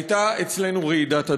הייתה אצלנו רעידת אדמה.